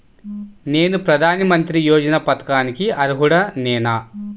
నేను ప్రధాని మంత్రి యోజన పథకానికి అర్హుడ నేన?